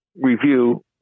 review